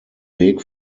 weg